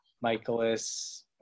Michaelis